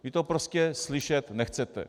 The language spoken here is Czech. Vy to prostě slyšet nechcete.